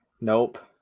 Nope